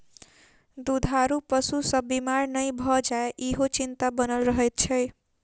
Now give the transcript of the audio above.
दूधारू पशु सभ बीमार नै भ जाय, ईहो चिंता बनल रहैत छै